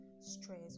stress